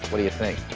what do you think?